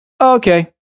okay